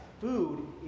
food